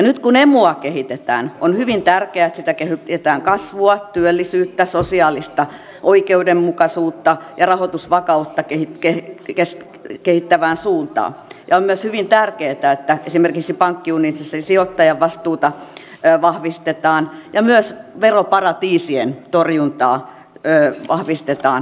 nyt kun emua kehitetään on hyvin tärkeää että sitä kehitetään kasvua työllisyyttä sosiaalista oikeudenmukaisuutta ja rahoitusvakautta kehittävään suuntaan ja on myös hyvin tärkeää että esimerkiksi pankkiunionissa sijoittajavastuuta vahvistetaan ja myös veroparatiisien torjuntaa vahvistetaan entisestään